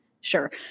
Sure